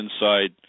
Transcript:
inside